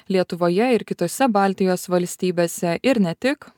lietuvoje ir kitose baltijos valstybėse ir ne tik